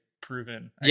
proven